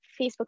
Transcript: Facebook